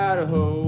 Idaho